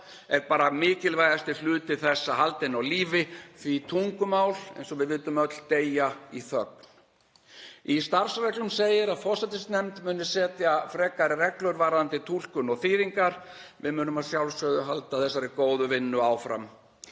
er bara mikilvægasti hluti þess að halda henni á lífi því tungumál, eins og við vitum öll, deyja í þögn. Í starfsreglum segir að forsætisnefnd muni setja frekari reglur varðandi túlkun og þýðingar. Við munum að sjálfsögðu halda þessari góðu vinnu áfram.